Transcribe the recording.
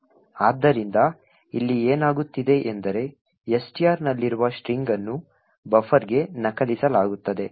ಆದ್ದರಿಂದ ಇಲ್ಲಿ ಏನಾಗುತ್ತಿದೆ ಎಂದರೆ STR ನಲ್ಲಿರುವ ಸ್ಟ್ರಿಂಗ್ ಅನ್ನು ಬಫರ್ಗೆ ನಕಲಿಸಲಾಗುತ್ತದೆ